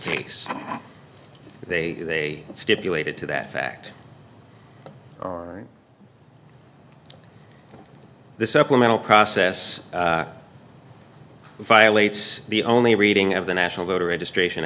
case they stipulated to that fact the supplemental process violates the only reading of the national voter registration